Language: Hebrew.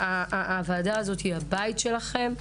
הוועדה הזאת היא הבית שלכם.